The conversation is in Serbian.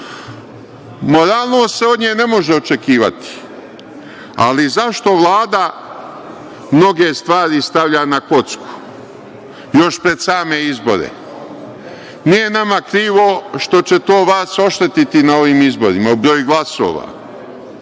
se od nje ne može očekivati, ali zašto Vlada mnoge stvari stavlja na kocku, još pred same izbore? Nije nama krivo što će to vas oštetiti na ovim izborima, broj glasova,